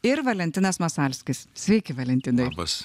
ir valentinas masalskis sveiki valentinai labas